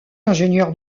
ingénieur